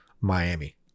Miami